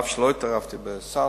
אף שלא התערבתי בסל,